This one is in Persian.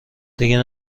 دیگه